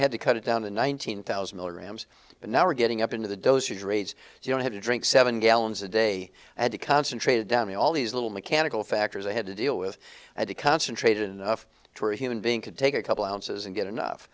had to cut it down to nineteen thousand milligrams but now we're getting up into the dosage rates so you don't have to drink seven gallons a day at a concentrated down the all these little mechanical factors i had to deal with at a concentrated enough to a human being could take a couple ounces and get enough